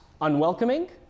unwelcoming